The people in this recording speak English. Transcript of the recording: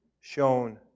shown